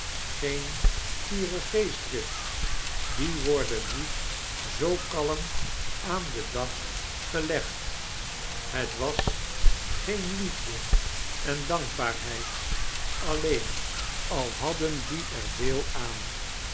geen fiere geestdrift die worden niet zoo kalm aan den dag charles dickens galegd bet was geen mefde an dankbaarheid alleen al hadden die er dee aan